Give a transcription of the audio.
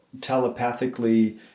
telepathically